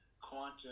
quantum